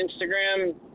Instagram